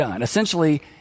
Essentially